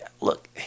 look